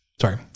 Sorry